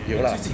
有 lah